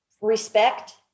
respect